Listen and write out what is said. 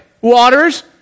waters